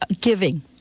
giving